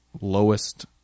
lowest